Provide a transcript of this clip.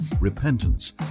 repentance